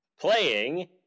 Playing